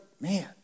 man